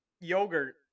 yogurt